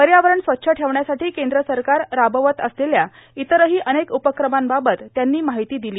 पर्यावरण स्वच्छ ठेवण्यासाठी केंद्र सरकार राबवत असलेल्या इतरही अनेक उफ्रमांबाबत त्यांनी माहिती दिली